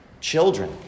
children